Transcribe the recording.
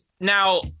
Now